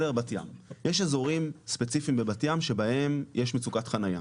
יש אזורים ספציפיים בבת ים שבהם יש מצוקת חניה,